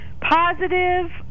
positive